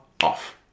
off